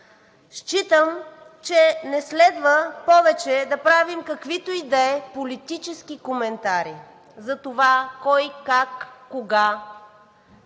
Считам, че не следва повече да правим каквито и да е политически коментари за това кой, как, кога